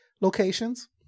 locations